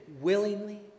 willingly